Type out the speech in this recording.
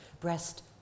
breast